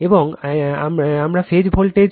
এবং আমার phase voltage